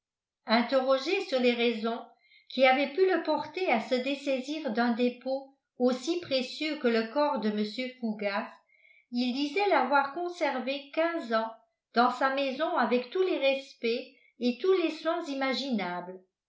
interrogé sur les raisons qui avaient pu le porter à se dessaisir d'un dépôt aussi précieux que le corps de mr fougas il disait l'avoir conservé quinze ans dans sa maison avec tous les respects et tous les soins imaginables